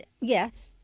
Yes